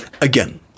again